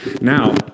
Now